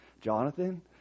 Jonathan